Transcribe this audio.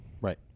Right